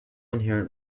inherent